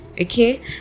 Okay